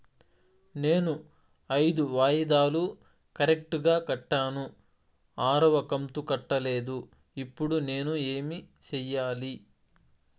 నేను ఐదు వాయిదాలు కరెక్టు గా కట్టాను, ఆరవ కంతు కట్టలేదు, ఇప్పుడు నేను ఏమి సెయ్యాలి?